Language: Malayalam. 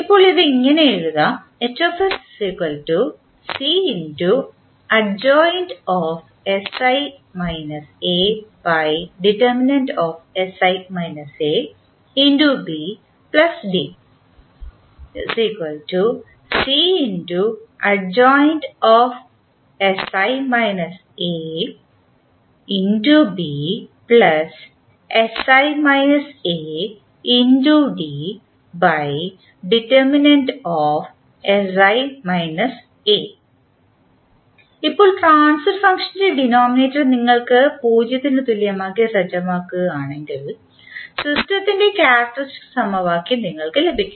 ഇപ്പോൾ ഇത് ഇങ്ങനെ എഴുതാം ഇപ്പോൾ ട്രാൻസ്ഫർ ഫംഗ്ഷൻറെ ഡിനോമിനേറ്റർ നിങ്ങൾ 0 ന് തുല്യമായി സജ്ജമാക്കുകയാണെങ്കിൽ സിസ്റ്റത്തിൻറെ ക്യാരക്ക്റ്ററിസ്റ്റിക് സമവാക്യം നിങ്ങൾക്ക് ലഭിക്കും